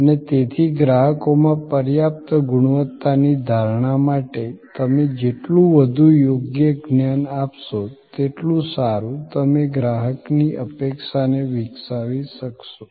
અને તેથી ગ્રાહકોમાં પર્યાપ્ત ગુણવત્તાની ધારણા માટે તમે જેટલું વધુ યોગ્ય જ્ઞાન આપશો તેટલું સારું તમે ગ્રાહકની અપેક્ષાને વિકસાવી શકશો